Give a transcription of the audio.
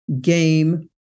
Game